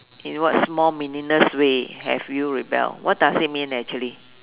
in what small meaningless way have you rebelled what does it mean actually